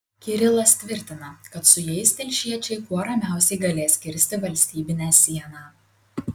kirilas tvirtina kad su jais telšiečiai kuo ramiausiai galės kirsti valstybinę sieną